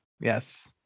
Yes